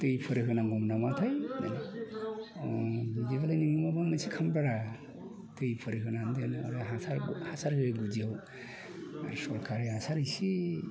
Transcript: दैफोर होनांगौ नामाथाय होनना आं बिदिबालाय माबा मोनसे खालामोब्ला दैफोर होनानै दोनोब्ला हासार हासार होयोब्ला गुदियाव सरखारि हासार एसे